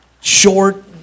short